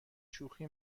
شوخی